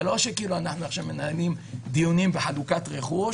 זה לא שאנחנו עכשיו מנהלים דיונים וחלוקת רכוש.